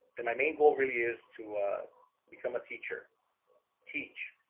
and my main goal really is to become a teacher teach.